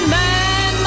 man